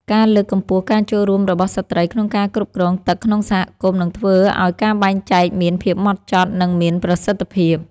ការលើកកម្ពស់ការចូលរួមរបស់ស្ត្រីក្នុងការគ្រប់គ្រងទឹកក្នុងសហគមន៍នឹងធ្វើឱ្យការបែងចែកមានភាពហ្មត់ចត់ និងមានប្រសិទ្ធភាព។